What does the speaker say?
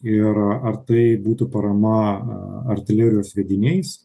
ir ar tai būtų parama artilerijos sviediniais